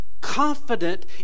confident